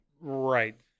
right